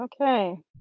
Okay